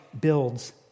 builds